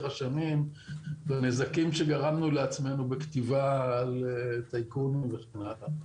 השנים לנזקים שגרמנו לעצמנו בכתיבה על טייקונים וכן האלה.